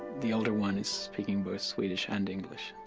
the older one is speaking both swedish and english,